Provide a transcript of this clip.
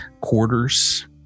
quarters